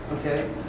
okay